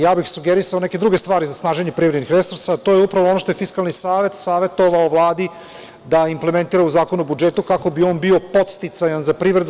Ja bih sugerisao neke druge stvari za snaženje privrednih resursa, to je upravo ono što je Fiskalni savet savetovao Vladi da implementira u Zakon o budžetu kako bi on bio podsticajan za privredu.